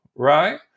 right